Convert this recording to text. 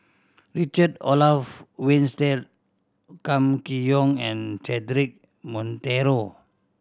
Richard Olaf Winstedt Kam Kee Yong and Cedric Monteiro